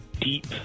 deep